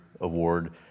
award